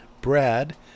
Brad